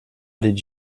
did